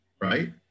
right